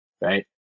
right